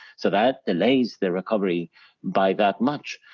so that delays the recovery by that much.